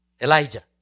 Elijah